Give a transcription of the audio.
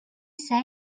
say